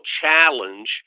challenge